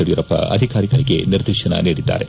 ಯಡಿಯೂರಪ್ಪ ಅಧಿಕಾರಿಗಳಿಗೆ ನಿರ್ದೇಶನ ನೀಡಿದ್ದಾರೆ